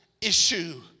issue